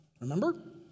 Remember